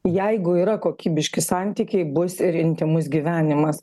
jeigu yra kokybiški santykiai bus ir intymus gyvenimas